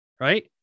Right